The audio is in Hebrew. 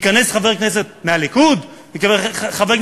הלא-יאומן יתרחש ויהיה אפשר למצוא 90 חברי